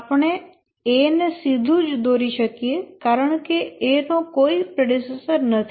આપણે A ને સીધુ જ દોરી શકીએ છીએ કારણ કે A નો કોઈ પ્રેડેસેસર નથી